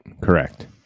correct